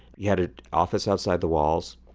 he had an office outside the walls,